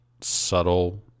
subtle